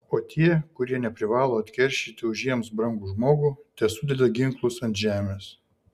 o tie kurie neprivalo atkeršyti už jiems brangų žmogų tesudeda ginklus ant žemės